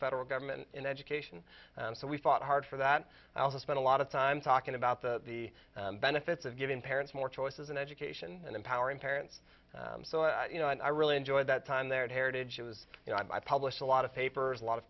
federal government in education and so we fought hard for that i also spent a lot of time talking about the the benefits of giving parents more choices in education and empowering parents so i you know i really enjoyed that time their heritage was you know i published a lot of papers a lot of